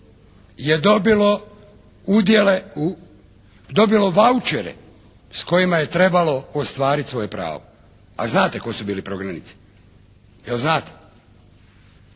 u, dobilo vaučere s kojima je trebalo ostvariti svoje pravo. A znate tko su bili prognanici. Je li znate?